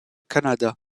canada